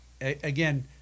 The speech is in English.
again